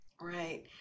right